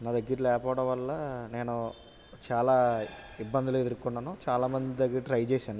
నా దగ్గర లేకపోవడం వల్ల నేను చాలా ఇబ్బందులు ఎదురుకొన్నాను చాలా మంది దగ్గర ట్రై చేసాను